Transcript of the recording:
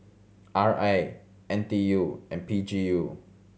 R A N T U and P G U